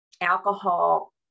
alcohol